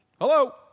Hello